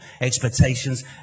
expectations